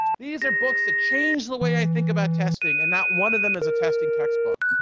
these are books that change the way i think about testing and not one of them is a testing textbook.